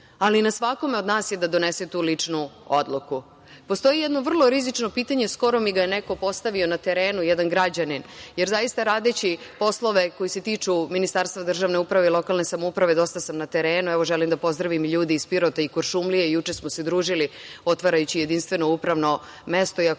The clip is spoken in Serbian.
ali na svakome od nas je da donese tu ličnu odluku. Postoji jedno vrlo rizično pitanje, skoro mi ga je neko postavio na terenu, jedan građanin, jer zaista, radeći poslove koji se tiču Ministarstva državne uprave i lokalne samouprave, dosta sam na terenu. Evo, želim da pozdravim ljude iz Pirota i Kuršumlije, juče smo se družili otvarajući jedinstveno upravno mesto i ako bude